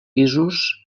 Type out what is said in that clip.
pisos